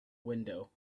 window